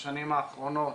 בשנים האחרונות